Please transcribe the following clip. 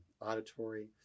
Auditory